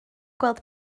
gweld